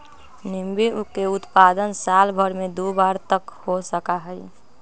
नींबू के उत्पादन साल भर में दु बार तक हो सका हई